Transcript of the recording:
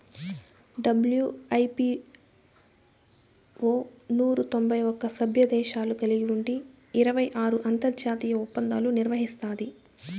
WIPO నూరు తొంభై ఒక్క సభ్యదేశాలు కలిగి ఉండి ఇరవై ఆరు అంతర్జాతీయ ఒప్పందాలు నిర్వహిస్తాది